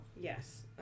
Yes